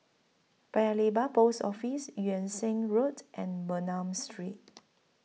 Paya Lebar Post Office Yung Sheng Road and Bernam Street